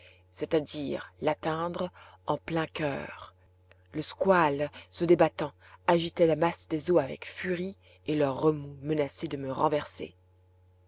c'est-à-dire l'atteindre en plein coeur le squale se débattant agitait la masse des eaux avec furie et leur remous menaçait de me renverser